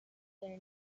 their